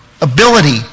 ability